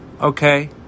okay